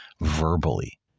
verbally